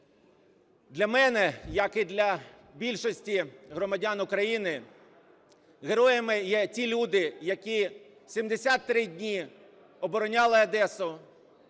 Для мене, як і для більшості громадян України, героями є ті люди, які 73 дні обороняли Одесу,